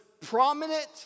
prominent